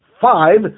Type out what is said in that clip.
Five